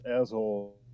asshole